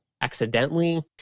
accidentally